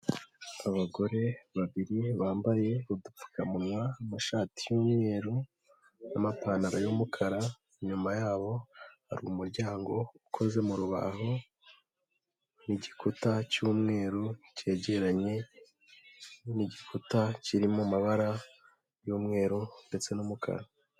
Abagore babiri bambaye udupfukamunwa, amashati y'umweru n'amapantaro y'umukara, inyuma yabo hari umuryango ukoze mu rubaho mu gikuta cy'umweru cyegeranye n'igikuta kirimo mu mabara y'umweru ndetse n'umukara.